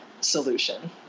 solution